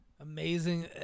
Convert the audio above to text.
amazing